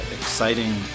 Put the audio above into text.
exciting